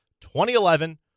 2011